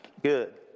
Good